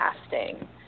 casting